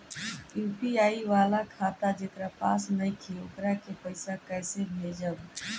UPI वाला खाता जेकरा पास नईखे वोकरा के पईसा कैसे भेजब?